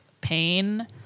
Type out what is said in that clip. pain